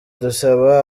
dusaba